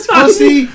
pussy